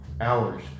hours